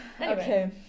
Okay